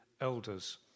elders